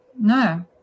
no